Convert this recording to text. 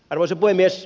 arvoisa puhemies